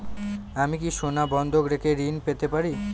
আমি কি সোনা বন্ধক রেখে ঋণ পেতে পারি?